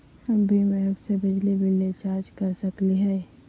हम भीम ऐप से बिजली बिल रिचार्ज कर सकली हई?